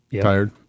Tired